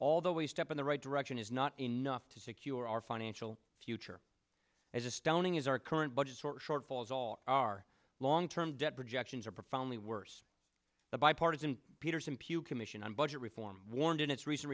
although a step in the right direction is not enough to secure our financial future as astounding as our current budget for short falls all our long term debt projections are profoundly worse the bipartisan peters and pew commission on budget reform warned in its recent